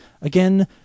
again